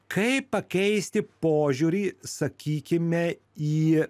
kaip pakeisti požiūrį sakykime į